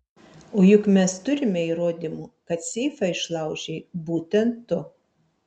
o juk mes turime įrodymų kad seifą išlaužei būtent tu